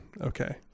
okay